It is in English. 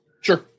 Sure